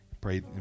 pray